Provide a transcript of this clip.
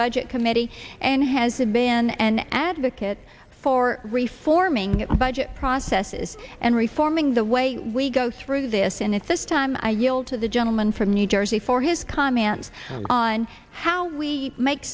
budget committee and has been an advocate for reforming the budget processes and reforming the way we go through this and it's this time i yield to the gentleman from new jersey for his comments on how we make